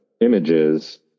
images